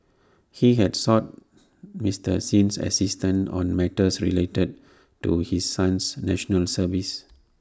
he had sought Mister Sin's assistant on matters related to his son's National Service